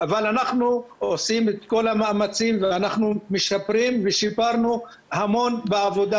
אבל אנחנו עושים את כל המאמצים ואנחנו משפרים ושיפרנו המון בעבודה